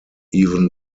even